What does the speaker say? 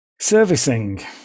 Servicing